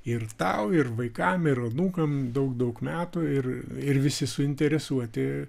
ir tau ir vaikam ir anūkam daug daug metų ir ir visi suinteresuoti